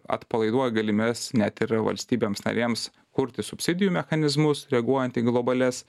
atpalaiduoja galimybes net ir valstybėms narėms kurti subsidijų mechanizmus reaguojant į globalias